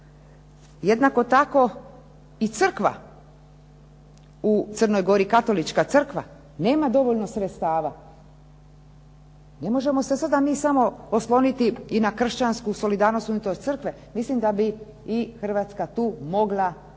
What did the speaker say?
Jednako tako i crkva, Katolička crkva u Crnoj Gori nema dovoljno sredstava. Ne možemo se mi sada samo osloniti na kršćansku solidarnost umjesto crkve. Mislim da bi Hrvatska tu mogla nešto